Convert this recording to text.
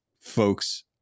folks